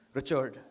Richard